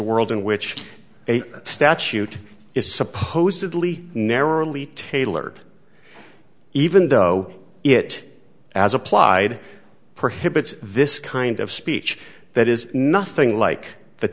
world in which a statute is supposedly narrowly tailored even though it as applied prohibits this kind of speech that is nothing like th